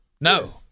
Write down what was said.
No